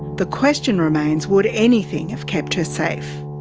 the question remains would anything have kept her safe?